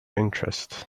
interest